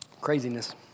Craziness